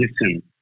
listen